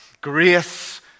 Grace